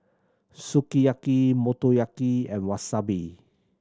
Sukiyaki Motoyaki and Wasabi